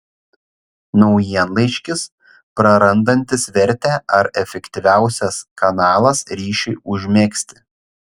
naujienlaiškis prarandantis vertę ar efektyviausias kanalas ryšiui užmegzti